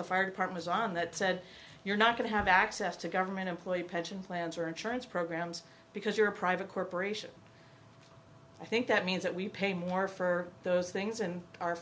the fire departments on that said you're not going to have access to government employee pension plans or insurance programs because you're a private corporation i think that means that we pay more for those things and our